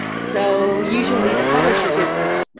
so usually the publisher gives us